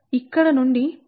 ఇక్కడ నుండి 2